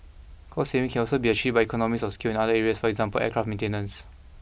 cost savings can also be achieved by economies of scale in other areas for example aircraft maintenance